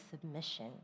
submission